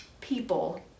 People